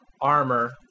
armor